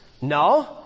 No